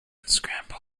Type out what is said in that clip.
unscramble